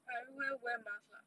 I wear wear wear mask lah